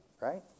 right